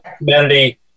humanity